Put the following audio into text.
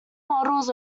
models